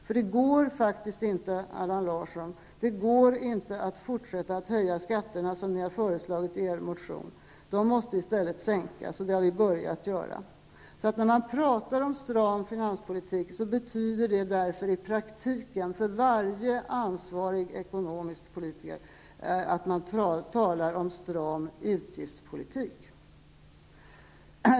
För det går faktiskt inte, Allan Larsson, att fortsätta höja skatterna som ni har föreslagit i er motion. De måste i stället sänkas. Det har vi börjat göra. När man talar om stram finanspolitik betyder det därför i praktiken, för varje ansvarig ekonomisk politiker, att man talar om stram utgiftspolitik.